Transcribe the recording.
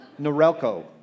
Norelco